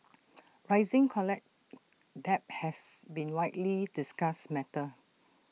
rising college debt has been widely discussed matter